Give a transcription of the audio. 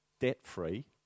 debt-free